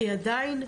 כי עדיין,